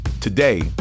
Today